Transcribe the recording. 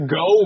go